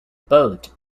boat